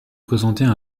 présentées